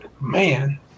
man